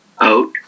out